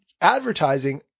advertising